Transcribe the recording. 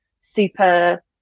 super